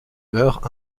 meurt